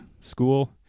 school